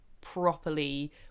properly